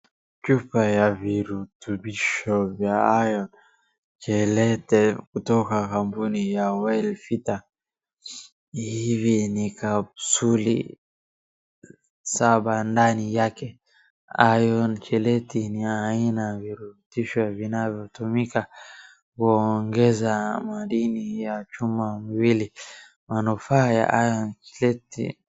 Chupa ya virutubisho vya iron chelate kutoka kwa kampuni ya wellvita .Hivi ni kapsuli saba ndani yake .Iron chelate ni aina ya virutubisho vinavyotumika kuongeza madini ya chuma mwili. Manufaa ya iron chelate.